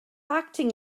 acting